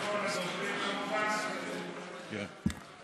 אחרון הדוברים, כמובן, ואז עוברים להצבעה.